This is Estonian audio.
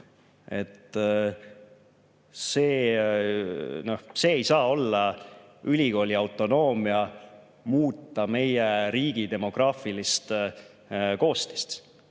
see ei saa olla ülikooli autonoomia, muuta meie riigi demograafilist koostist.